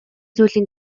зүйлийн